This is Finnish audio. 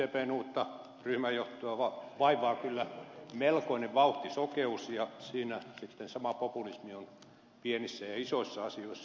sdpn uutta ryhmänjohtoa vaivaa kyllä melkoinen vauhtisokeus ja siinä sitten sama populismi on pienissä ja isoissa asioissa